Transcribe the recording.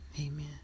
Amen